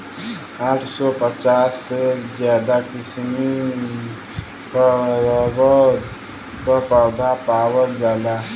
आठ सौ पचास से ज्यादा किसिम क रबर क पौधा पावल जाला